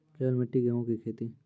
केवल मिट्टी गेहूँ की खेती?